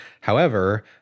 However-